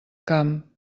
camp